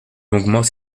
longuement